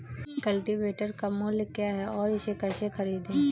Cultivator का मूल्य क्या है और इसे कैसे खरीदें?